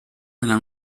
nella